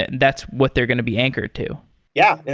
and that's what they're going to be anchored to yeah. and